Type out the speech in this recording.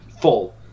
full